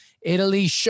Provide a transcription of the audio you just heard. Italy